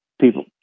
people